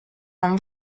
non